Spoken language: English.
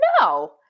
No